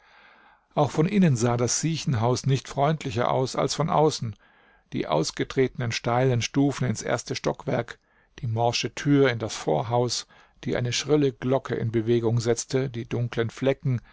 auch von innen sah das siechenhaus nicht freundlicher aus als von außen die ausgetretenen steilen stufen ins erste stockwerk die morsche tür in das vorhaus die eine schrille glocke in bewegung setzte die dunklen flecken